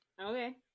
okay